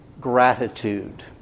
gratitude